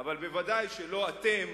אבל ודאי שלא אתם,